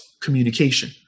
communication